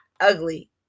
ugly